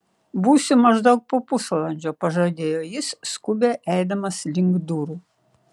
būsiu maždaug po pusvalandžio pažadėjo jis skubiai eidamas link durų